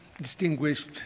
distinguished